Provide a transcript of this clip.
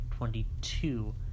22